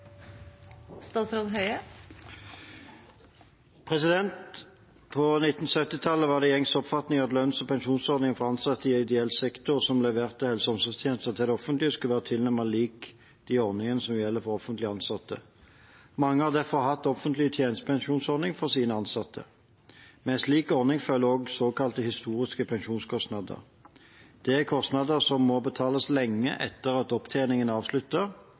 På 1970-tallet var det gjengs oppfatning at lønns- og pensjonsordninger for ansatte i ideell sektor som leverte helse- og omsorgstjenester til det offentlige, skulle være tilnærmet like de ordningene som gjelder for offentlig ansatte. Mange har derfor hatt offentlig tjenestepensjonsordning for sine ansatte. Med en slik ordning følger også såkalte historiske pensjonskostnader. Det er kostnader som må betales lenge etter at opptjeningen